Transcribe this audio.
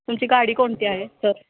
तुमची गाडी कोणती आहे सर